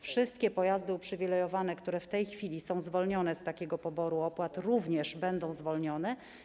Wszystkie pojazdy uprzywilejowane, które w tej chwili są zwolnione z takiego poboru opłat, również będą zwolnione.